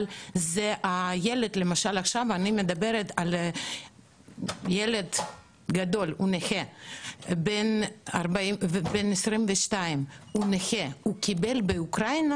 אבל למשל עכשיו אני מדברת על ילד בן 22 נכה שבאוקראינה